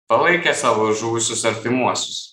palaikė savo žuvusius artimuosius